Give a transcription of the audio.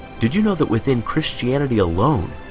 did you know that within christianity alone?